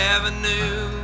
Avenue